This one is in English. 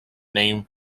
name